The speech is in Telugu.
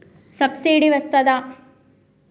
సబ్సిడీ వస్తదా?